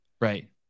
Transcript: Right